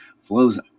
Flow's